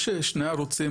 יש שני ערוצים,